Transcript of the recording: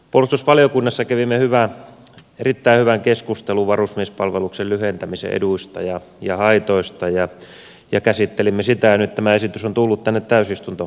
puolustusvaliokunnassa kävimme erittäin hyvän keskustelun varusmiespalveluksen lyhentämisen eduista ja haitoista ja käsittelimme sitä ja nyt tämä esitys on tullut tänne täysistuntokäsittelyyn